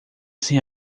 sem